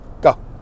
Go